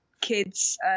kids